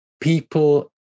people